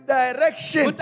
direction